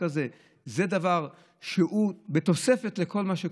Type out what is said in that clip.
כזה זה דבר שהוא בתוספת לכל מה שקורה,